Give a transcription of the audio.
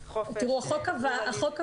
איתנו גם חלק מהגופים המשדרים